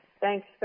thanks